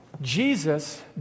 Jesus